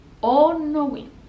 all-knowing